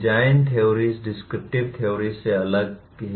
design theories descriptive theories से अलग हैं